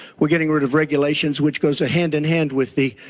we are getting rid of regulations, which goes hand in hand with the,